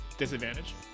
Disadvantage